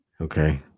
Okay